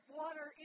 water